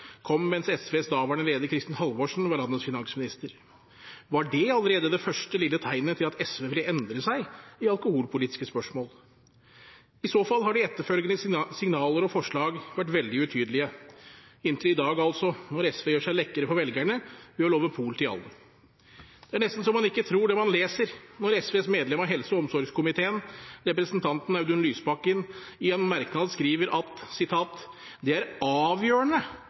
kom mens SVs daværende leder, Kristin Halvorsen, var landets finansminister. Var dette allerede det første lille tegnet til at SV ville endre seg i alkoholpolitiske spørsmål? I så fall har de etterfølgende signaler og forslag vært veldig utydelige – inntil i dag, da SV gjør seg lekre for velgerne ved å love pol til alle. Det er nesten så man ikke tror det man leser, når SVs medlem av helse- og omsorgskomiteen, representanten Audun Lysbakken, i en merknad skriver at «det er avgjørende